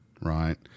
right